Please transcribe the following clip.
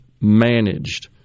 managed